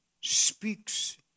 speaks